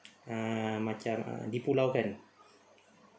ah macam ah dipulaukan